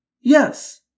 Yes